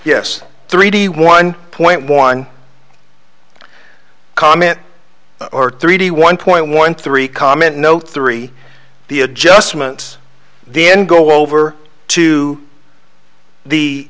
yes three d one point one comment or three d one point one three comment no three the adjustments the end go over to the